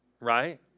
Right